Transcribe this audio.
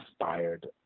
inspired